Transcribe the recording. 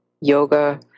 yoga